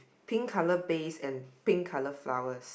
pink colour base and pink colour flowers